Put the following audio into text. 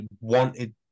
wanted